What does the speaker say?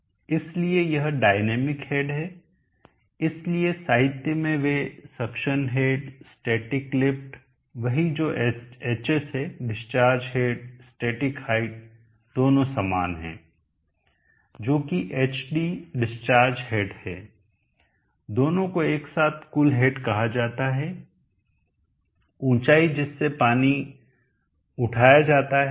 इसलिए यह dynamic head है इसलिए साहित्य में वे सक्शन हेड स्टैटिक लिफ्ट वही जो hs है डिस्चार्ज हेड स्टैटिक हाइट दोनों समान हैं जो कि hd डिस्चार्ज हेड है दोनों को एक साथ कुल हेड कहा जाता है ऊँचाई जिससे पानी उठाया जाता है